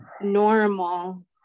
normal